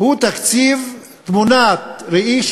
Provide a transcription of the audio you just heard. הוא תקציב תמונת ראי,